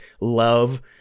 love